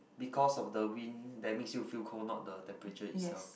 because of the wind that makes you feel cold not the temperature itself